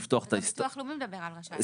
הביטוח הלאומי מדבר על רשאי.